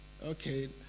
Okay